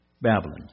Babylon